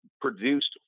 produced